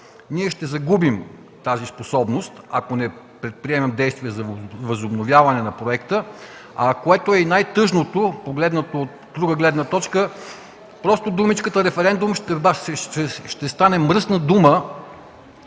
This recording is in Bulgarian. ние ще загубим тази способност, ако не предприемем действия за възобновяване на проекта, а което е и най-тъжното, погледнато от друга гледна точка – просто думичката „референдум” ще стане мръсна дума,